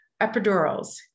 epidurals